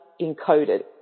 encoded